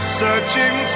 searching